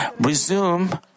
resume